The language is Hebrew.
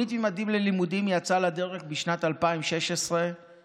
תוכנית ממדים ללימודים יצאה לדרך בשנת 2016 ביוזמת